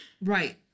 right